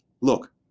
Look